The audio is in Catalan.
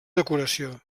decoració